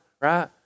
right